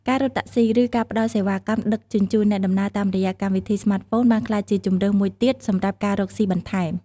ការរត់តាក់ស៊ី ឬ ការផ្តល់សេវាកម្មដឹកជញ្ជូនអ្នកដំណើរតាមរយៈកម្មវិធីស្មាតហ្វូនបានក្លាយជាជម្រើសមួយទៀតសម្រាប់ការរកស៊ីបន្ថែម។